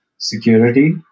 security